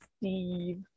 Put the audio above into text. Steve